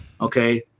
okay